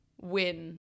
win